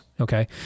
okay